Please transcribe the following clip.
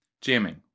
jamming